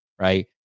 Right